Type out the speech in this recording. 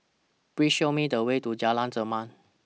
Please Show Me The Way to Jalan Zamrud